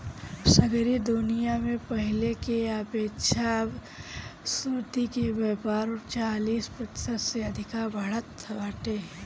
सगरी दुनिया में पहिले के अपेक्षा अब सुर्ती के व्यापार चालीस प्रतिशत से अधिका बढ़ल बाटे